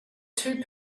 two